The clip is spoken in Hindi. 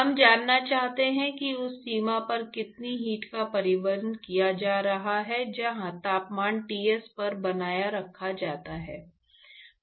हम जानना चाहते हैं कि उस सीमा पर कितनी हीट का परिवहन किया जा रहा है जहाँ तापमान Ts पर बनाए रखा जाता है